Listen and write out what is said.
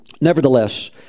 nevertheless